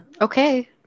okay